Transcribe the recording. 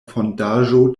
fondaĵo